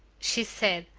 she said.